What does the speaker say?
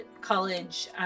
college